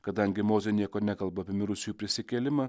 kadangi mozė nieko nekalba apie mirusiųjų prisikėlimą